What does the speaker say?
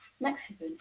mexicans